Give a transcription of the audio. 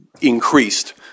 increased